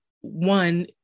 one